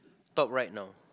top right now